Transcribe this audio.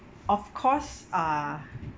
of course uh